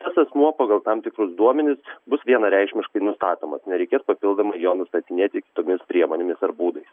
tas asmuo pagal tam tikrus duomenis bus vienareikšmiškai nustatomas nereikės papildomai jo nustatinėti kitomis priemonėmis ar būdais